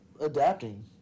adapting